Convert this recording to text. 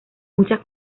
muchas